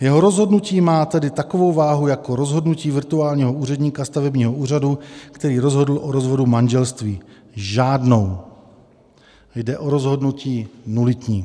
Jeho rozhodnutí má tedy takovou váhu jako rozhodnutí virtuálního úředníka stavebního úřadu, který rozhodl o rozvodu manželství žádnou, jde o rozhodnutí nulitní.